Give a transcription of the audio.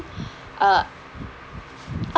uh